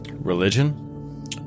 Religion